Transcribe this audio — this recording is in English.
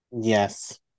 Yes